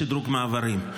בשדרוג המעברים.